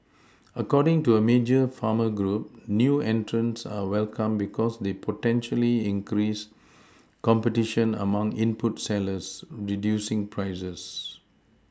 according to a major farmer group new entrants are welcome because they potentially increase competition among input sellers Reducing prices